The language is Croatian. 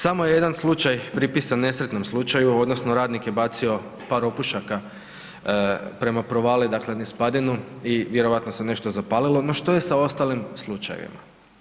Samo je jedan slučaj pripisan nesretnom slučaju odnosno radnik je bacio par opušaka prema provaliji, dakle niz padinu i vjerojatno se nešto zapalilo, no šta je sa ostalim slučajevima?